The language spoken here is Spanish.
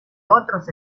otros